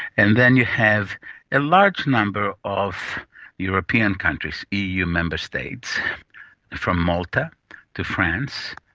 and then you have a large number of european countries, eu member states from malta to france,